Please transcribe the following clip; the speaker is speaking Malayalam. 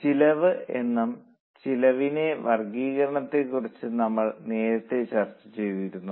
എന്താണ് ചെലവ് എന്നും ചെലവിലെ വർഗ്ഗീകരണത്തെ കുറിച്ചും നമ്മൾ നേരത്തെ ചർച്ച ചെയ്തിരുന്നു